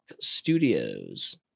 studios